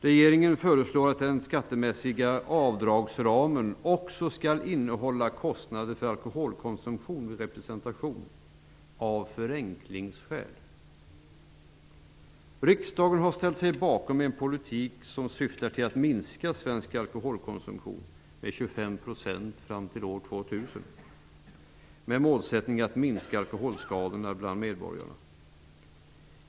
Regeringen föreslår att den skattemässiga avdragsramen också skall innehålla kostnader för alkoholkonsumtion vid representation, av förenklingsskäl. Riksdagen har ställt sig bakom en politik som syftar till att minska svensk alkoholkonsumtion med 25 % fram till år 2000, med målsättningen att minska alkoholskadorna bland medborgarna.